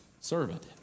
servant